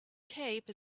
cape